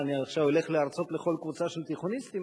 מה אני עכשיו אלך להרצות לכל קבוצה של תיכוניסטים?